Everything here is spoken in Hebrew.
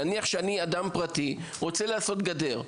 נניח שאני אדם פרטי ורוצה לעשות גדר,